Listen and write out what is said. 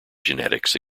genetics